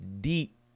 deep